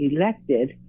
elected